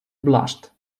blushed